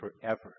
forever